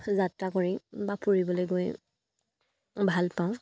যাত্ৰা কৰি বা ফুৰিবলৈ গৈ ভাল পাওঁ